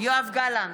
יואב גלנט,